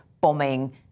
bombing